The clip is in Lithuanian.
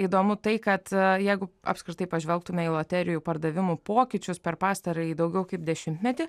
įdomu tai kad jeigu apskritai pažvelgtume loterijų pardavimų pokyčius per pastarąjį daugiau kaip dešimtmetį